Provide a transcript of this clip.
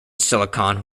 silicon